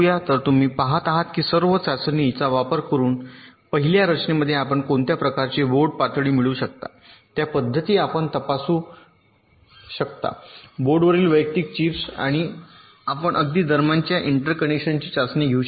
तर तुम्ही पाहत आहात की या सर्व चाचणी चा वापर करुन पहिल्या रचनेमध्ये आपण कोणत्या प्रकारचे बोर्ड पातळी मिळवू शकता त्या पद्धती आपण तपासू शकता बोर्डवरील वैयक्तिक चिप्स आपण अगदी दरम्यानच्या इंटरकनेक्शनची चाचणी घेऊ शकता